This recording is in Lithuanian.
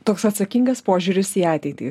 toks atsakingas požiūris į ateitį